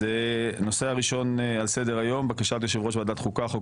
אז הנושא הראשון על סדר היום בקשת יושב ראש ועדת חוקה חוק